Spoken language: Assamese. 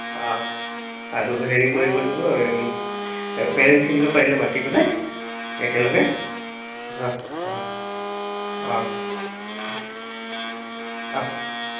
অঁ আৰু হেৰি কৰিব লাগিব পেৰেণ্টছখিনিকো পাৰিলে মাতি পেলাই একেলগে অঁ অঁ অঁ অঁ অঁ